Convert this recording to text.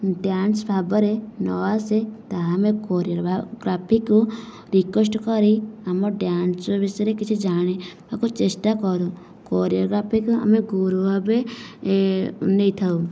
dance ଭାବରେ ନ ଆସେ ତାହେଲେ ଆମେ କୋରିଓଗ୍ରାଫିକକୁ ରିକ୍ୱେଷ୍ଟ କରି ଆମ ଡ୍ୟାନ୍ସ ବିଷୟରେ କିଛି ଜାଣିବାକୁ ଚେଷ୍ଟା କରୁ କୋରିଓଗ୍ରାଫିକୁ ଆମେ ଗୁରୁ ଭାବେ ନେଇଥାଉ